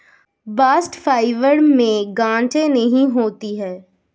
bast fibre में गांठे नहीं होती है